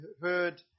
heard